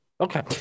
Okay